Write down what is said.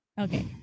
Okay